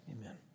Amen